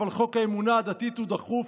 אבל חוק האמונה הדתית הוא דחוף,